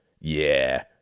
Yeah